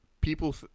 people